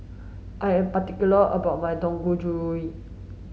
I am particular about my Dangojiru